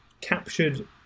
captured